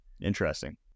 interesting